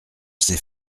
sais